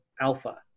Alpha